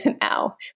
now